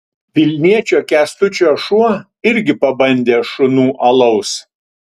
vilniečio kęstučio šuo irgi pabandė šunų alaus